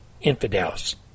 infidels